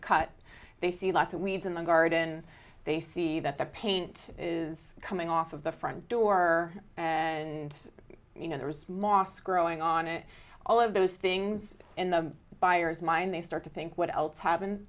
cut they see lots of weeds in the garden they see that the paint is coming off of the front door and you know there is moss growing on it all of those things in the buyer's mind they start to think what else hav